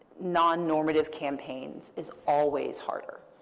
non-normative campaigns is always harder.